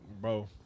bro